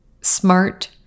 smart